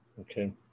Okay